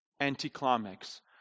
anticlimax